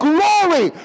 Glory